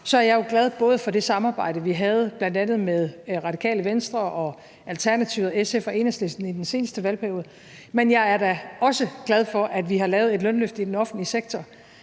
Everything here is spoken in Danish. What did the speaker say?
er jeg jo glad for det samarbejde, vi havde bl.a. med Radikale Venstre, Alternativet, SF og Enhedslisten i den seneste valgperiode, men jeg er da også glad for, at vi har lavet et lønløft i den offentlige sektor